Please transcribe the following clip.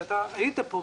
שאתה היית פה,